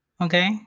okay